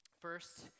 First